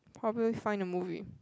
probably find a movie